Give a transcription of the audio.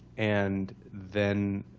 and then